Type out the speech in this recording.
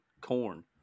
corn